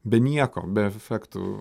be nieko be efektų